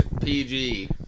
PG